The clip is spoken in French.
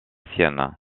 sienne